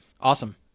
Awesome